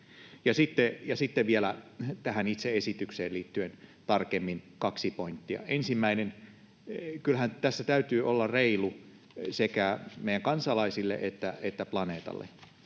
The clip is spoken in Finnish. sitten vielä tähän itse esitykseen liittyen tarkemmin kaksi pointtia. Ensimmäinen: Kyllähän tässä täytyy olla reilu sekä meidän kansalaisillemme että planeetalle.